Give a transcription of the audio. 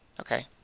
Okay